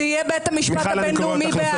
שיהיה בית המשפט הבין-לאומי בהאג.